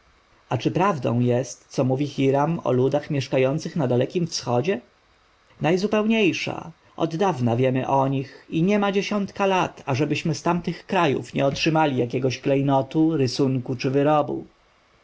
a czy prawda jest co mówił hiram o ludach mieszkających na dalekim wschodzie najzupełniejsza oddawna wiemy o nich i niema dziesiątka lat ażebyśmy z tamtych krajów nie otrzymali jakiegoś klejnotu rysunku czy wyrobu